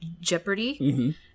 Jeopardy